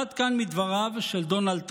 עד כאן מדבריו של דונלד טראמפ.